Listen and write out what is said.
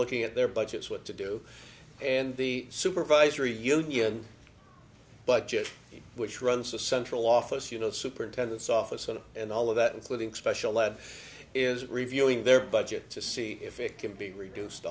looking at their budgets what to do and the supervisory union budget which runs the central office you know superintendent's office and and all of that including special lab is reviewing their budget to see if it can be reduced